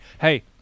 hey